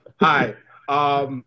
Hi